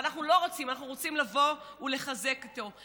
ואנחנו לא רוצים, אנחנו רוצים לבוא ולחזק אותו.